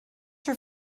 your